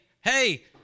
hey